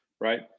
Right